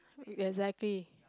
exactly